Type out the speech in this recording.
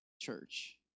church